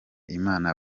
imana